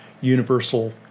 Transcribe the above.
universal